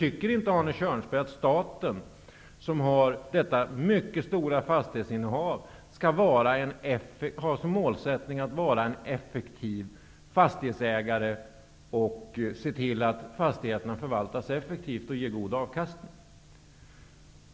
Tycker inte Arne Kjörnsberg att staten, som har detta mycket stora fastighetsinnehav, skall ha som målsättning att vara en effektiv fastighetsägare och se till att fastigheterna förvaltas effektivt och ger god avkastning?